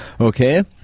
Okay